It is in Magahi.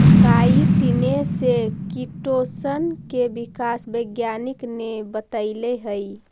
काईटिने से किटोशन के विकास वैज्ञानिक ने बतैले हई